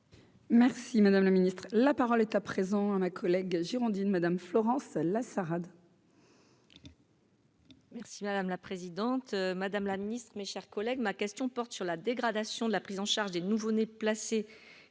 Merci madame le Ministre, la parole est à présent à ma collègue girondine Madame Florence Lassaad. Merci madame la présidente, Madame la Ministre, mes chers collègues, ma question porte sur la dégradation de la prise en charge des nouveau-nés placés